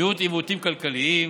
מיעוט העיוותים הכלכליים